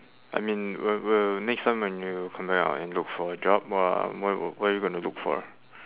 I mean wh~ wh~ next time when you come back out and look for a job wha~ where where you gonna look for